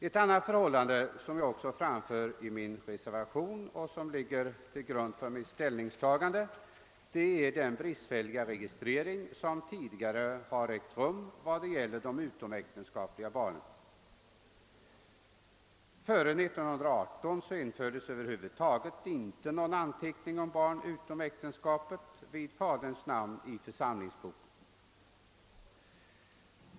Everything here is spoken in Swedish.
En annan omständighet som jag också berör i reservationen och som ligger till grund för mitt ställningstagande är den bristfälliga registrering som tidigare förekommit när det gäller de utomäktenskapliga barnen. Före 1918 infördes över huvud taget inte någon anteckning om barn utom äktenskapet vid faderns namn i församlingsboken.